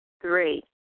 Three